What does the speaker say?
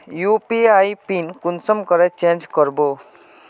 UPI pin कुंसम करे change करबो?